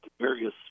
various